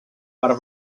per